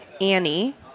Annie